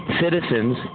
citizens